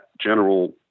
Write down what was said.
general